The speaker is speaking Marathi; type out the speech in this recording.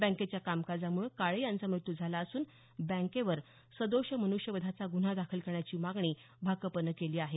बँकेच्या कामकाजामुळे काळे यांचा मृत्यू झाला असून बँकेवर सदोष मनुष्यवधाचा गुन्हा दाखल करण्याची मागणी भाकपनं केली आहे